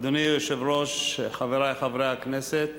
אדוני היושב-ראש, חברי חברי הכנסת,